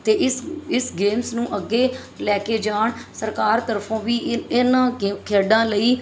ਅਤੇ ਇਸ ਇਸ ਗੇਮਸ ਨੂੰ ਅੱਗੇ ਲੈ ਕੇ ਜਾਣ ਸਰਕਾਰ ਤਰਫੋਂ ਵੀ ਇਹ ਇਹਨਾਂ ਗੇ ਖੇਡਾਂ ਲਈ